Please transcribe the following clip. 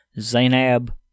Zainab